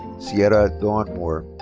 seairra dawn moore.